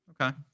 Okay